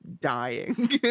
dying